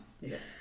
Yes